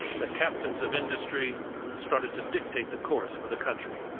the captains of industry started to dictate the course for the country.